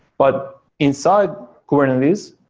but inside kubernetes,